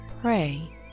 pray